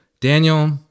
Daniel